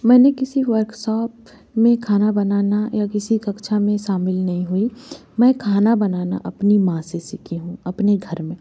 मैंने किसी वर्कसॉप में खाना बनाना या किसी कक्षा में शामिल नहीं हुई मैं खाना बनाना अपनी माँ से सीखी हूँ अपने घर में